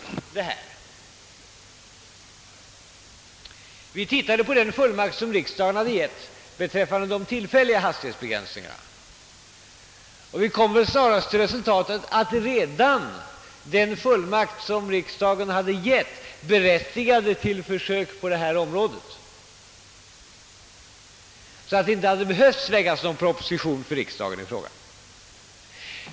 Vi studerade i departementet den fullmakt som riksdagen gett beträffande de tillfälliga hastighetsbegränsningarna, och vi kom närmast till resultatet, att denna fullmakt berättigade till försök på detta område och att det alltså inte skulle behöva framläggas någon proposition för riksdagen om den saken.